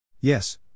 Yes